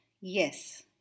yes